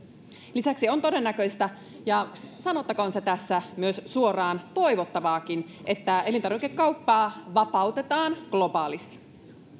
lisäksi on todennäköistä ja sanottakoon se tässä myös suoraan toivottavaakin että elintarvikekauppaa vapautetaan globaalisti